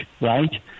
right